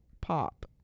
pop